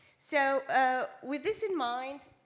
so ah with this in mind,